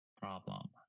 problem